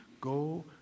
go